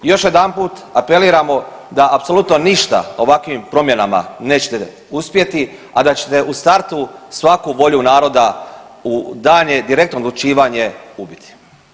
Još jedanput apeliramo da apsolutno ništa ovakvim promjenama nećete uspjeti, a da ćete u startu svaku volju naroda u daljnje direktno odlučivanje ubiti.